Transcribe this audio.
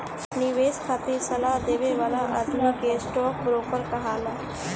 निवेश खातिर सलाह देवे वाला आदमी के स्टॉक ब्रोकर कहाला